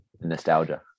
Nostalgia